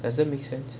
does it make sense